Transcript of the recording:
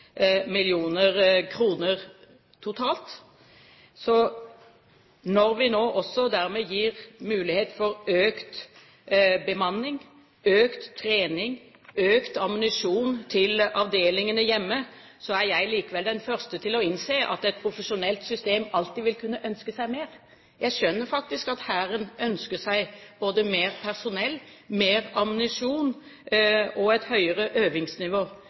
totalt. Når vi nå også dermed gir mulighet for økt bemanning, økt trening, økt ammunisjon til avdelingene hjemme, er jeg likevel den første til å innse at et profesjonelt system alltid vil kunne ønske seg mer. Jeg skjønner faktisk at Hæren ønsker seg både mer personell, mer ammunisjon og et høyere øvingsnivå.